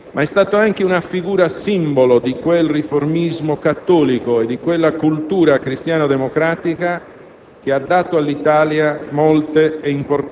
allora universitari; ma egli è stato anche una figura simbolo di quel riformismo cattolico e di quella cultura cristiano-democratica